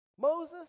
Moses